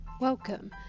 Welcome